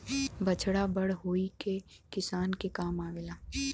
बछड़ा बड़ होई के किसान के काम आवेला